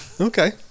Okay